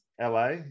LA